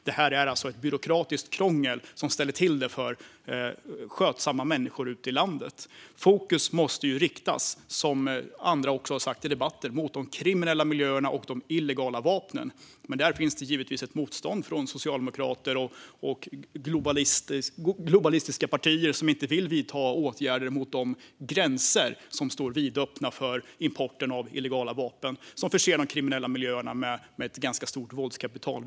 Det här är ett byråkratiskt krångel som ställer till det för skötsamma människor ute i landet. Fokus måste, som andra har sagt i debatten, riktas mot de kriminella miljöerna och de illegala vapnen. Men där finns givetvis ett motstånd från socialdemokrater och globalistiska partier som inte vill vidta åtgärder mot de gränser som står vidöppna för importen av illegala vapen som förser de kriminella miljöerna med ett ganska stort våldskapital.